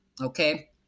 Okay